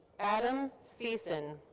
adam cecin.